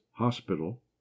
Hospital